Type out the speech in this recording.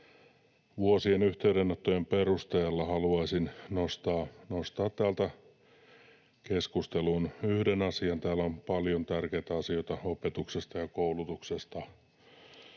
vuosien yhteydenottojen perusteella haluaisin nostaa täältä keskusteluun yhden asian. Täällä on paljon tärkeitä asioita opetuksesta ja koulutuksesta,